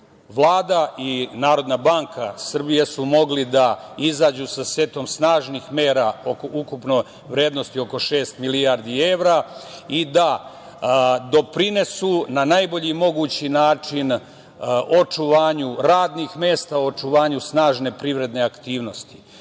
i Narodna banka Srbije su mogli da izađu sa setom snažnih mera ukupne vrednosti oko šest milijardi evra i da doprinesu na najbolji mogući način očuvanju radnih mesta, očuvanju snažne privredne aktivnosti.